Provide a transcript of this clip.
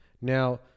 Now